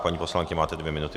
Paní poslankyně, máte dvě minuty.